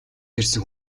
ирсэн